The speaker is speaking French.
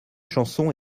chanson